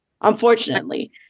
Unfortunately